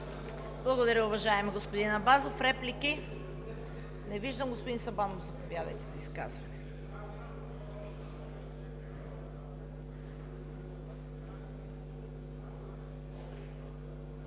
Благодаря, уважаеми господи Абазов. Реплики? Не виждам. Господин Сабанов, заповядайте за изказване.